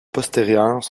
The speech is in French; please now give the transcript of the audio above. postérieures